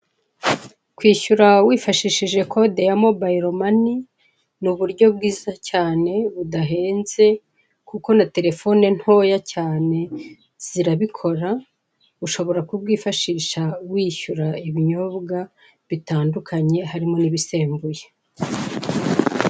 Kwishyura wifashishije kode ya mobile money ni uburyo bwiza cyane budahenze, kuko na telefone ntoya cyane zirabikora ushobora kubwifashisha wishyura ibinyobwa bitandukanye harimo n'ibisembuye.